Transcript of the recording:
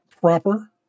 proper